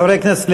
חברי הכנסת,